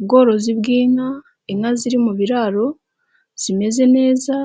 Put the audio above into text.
Ubworozi bw'inka, inka ziri mu biraro, zimeze neza,